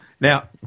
Now